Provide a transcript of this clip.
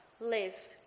Live